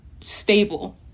stable